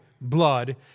blood